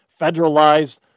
federalized